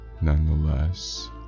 nonetheless